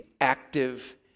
active